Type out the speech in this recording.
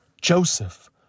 Joseph